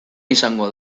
izango